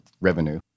revenue